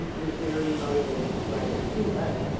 he was very motivated to write it to us, um